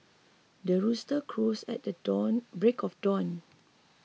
the rooster crows at the dawn break of dawn